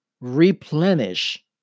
replenish